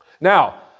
Now